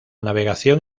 navegación